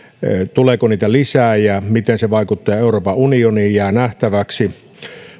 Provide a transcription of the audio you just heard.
tuleeko niitä lisää ja ja miten se vaikuttaa euroopan unioniin se jää nähtäväksi